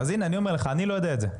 הנה אני אומר לך, אני לא יודע את זה.